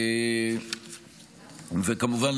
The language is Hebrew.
וכמובן,